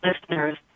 listeners